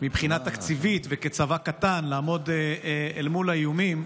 מבחינה תקציבית וכצבא קטן לעמוד אל מול האיומים.